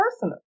personal